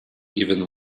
even